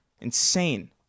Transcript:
Insane